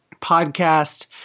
podcast